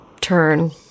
turn